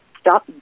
Stop